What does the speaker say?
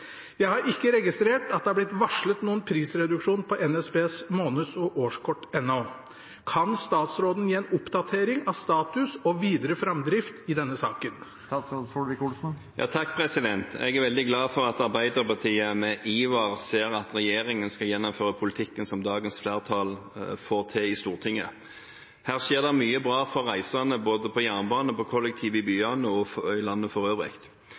Jeg har ikke registrert at det har blitt varslet noen prisreduksjon på NSBs måneds- og årskort ennå. Kan statsråden gi en oppdatering av status og videre framdrift i denne saken?» Jeg er veldig glad for at Arbeiderpartiet med iver ser at regjeringen skal gjennomføre politikken som dagens flertall får til i Stortinget. Her skjer det mye bra for reisende, både med jernbane og med kollektivtrafikk i byene og i landet for øvrig.